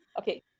Okay